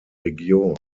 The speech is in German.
region